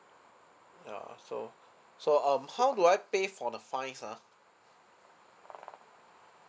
ya so so um how do I pay for the fines ah